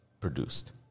produced